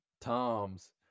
toms